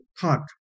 thought